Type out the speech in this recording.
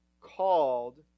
called